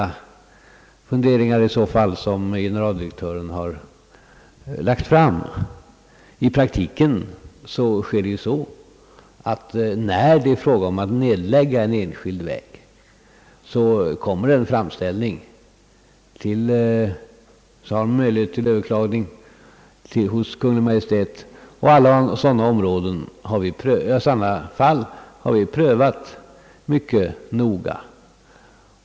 De funderingar som generaldirektör Vahlberg fört fram måste ha varit mycket långsiktiga. När det är fråga om att nedlägga en enskild väg går det i praktiken till så att en framställning görs till Kungl. Maj:t, där det också finns möjlighet att överklaga beslutet. Alla sådana fall har vi prövat mycket noga.